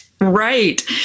right